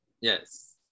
Yes